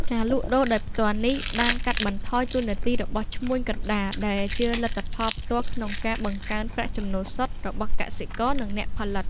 ការលក់ដូរដោយផ្ទាល់នេះបាន កាត់បន្ថយតួនាទីរបស់ឈ្មួញកណ្ដាល ដែលជាលទ្ធផលផ្ទាល់ក្នុងការ បង្កើនប្រាក់ចំណូលសុទ្ធ របស់កសិករ និងអ្នកផលិត។